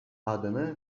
adını